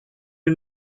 you